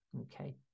Okay